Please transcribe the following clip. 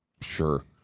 Sure